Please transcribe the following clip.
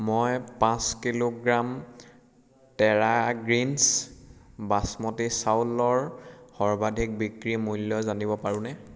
মই পাঁচ kilogram Terra Greens basmati চাউলৰ সৰ্বাধিক বিক্ৰী মূল্য জানিব পাৰোঁনে